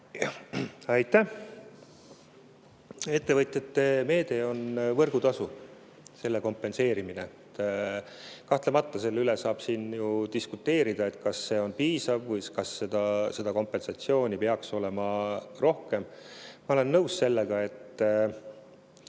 Aitäh! Ettevõtjate meede on võrgutasu kompenseerimine. Kahtlemata saab selle üle diskuteerida, kas see on piisav või kas seda kompensatsiooni peaks olema rohkem. Ma olen nõus sellega, et